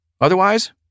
Otherwise